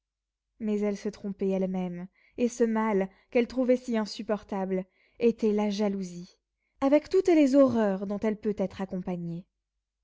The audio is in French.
mais elle se trompait elle-même et ce mal qu'elle trouvait si insupportable était la jalousie avec toutes les horreurs dont elle peut être accompagnée